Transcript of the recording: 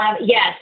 yes